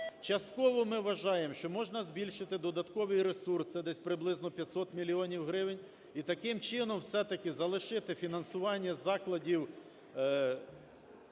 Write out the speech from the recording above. Частково ми вважаємо, що можна збільшити додаткові ресурси, десь приблизно 500 мільйонів гривень, і таким чином все-таки залишити фінансування закладів